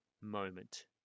moment